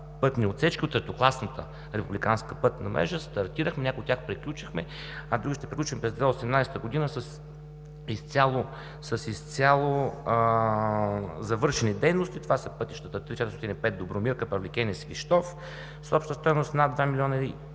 пътни отсечки от третокласната републиканска пътна мрежа стартирахме, някои от тях приключихме, а други ще приключим през 2018 г. с изцяло завършени дейности. Това са пътищата III-405 Добромирка – Павликени – Свищов, с обща стойност на над 2 млн.